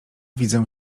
widzę